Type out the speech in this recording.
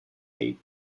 date